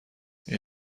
این